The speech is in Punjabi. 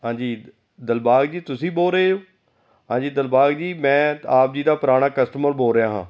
ਹਾਂਜੀ ਦਿਲਬਾਗ ਜੀ ਤੁਸੀਂ ਬੋਲ ਰਹੇ ਹੋ ਹਾਂਜੀ ਦਿਲਬਾਗ ਜੀ ਮੈਂ ਆਪ ਜੀ ਦਾ ਪੁਰਾਣਾ ਕਸਟਮਰ ਬੋਲ ਰਿਹਾ ਹਾਂ